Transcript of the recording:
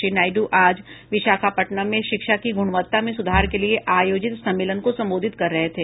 श्री नायड् आज विशाखापटनम में शिक्षा की गुणवत्ता में सुधार के लिए आयोजित सम्मेलन को संबोधित कर रहे थे